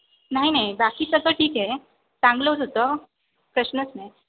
नाही नाही बाकी सगळं ठीक आहे चांगलंच होतं प्रश्नच नाही